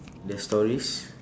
there's stories